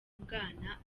bwana